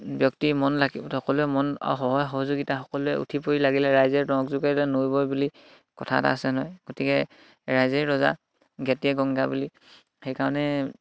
ব্যক্তিৰ মন লাগিব সকলোৱে মন সহায় সহযোগিতা সকলোৱে উঠি পৰি লাগিলে ৰাইজে নখ জোকাৰিলে নৈ বৈ বুলি কথা এটা আছে নহয় গতিকে ৰাইজে ৰজা গেটীয়ে গংগা বুলি সেইকাৰণে